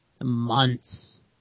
months